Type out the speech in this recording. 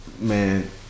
Man